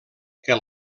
que